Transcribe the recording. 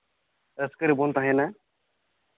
ᱨᱟᱹᱥᱠᱟᱹ ᱨᱮᱵᱚᱱ ᱛᱟᱦᱮᱱᱟ